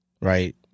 Right